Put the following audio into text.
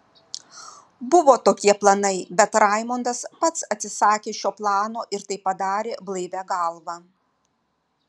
buvo tokie planai bet raimondas pats atsisakė šio plano ir tai padarė blaivia galva